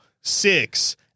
six